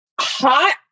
Hot